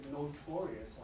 notorious